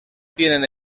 tienen